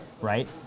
Right